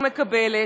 ומקבלת,